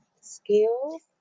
skills